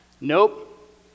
Nope